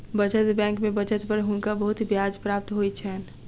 बचत बैंक में बचत पर हुनका बहुत ब्याज प्राप्त होइ छैन